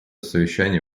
совещание